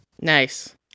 Nice